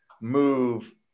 move